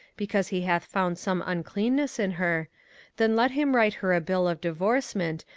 because he hath found some uncleanness in her then let him write her a bill of divorcement,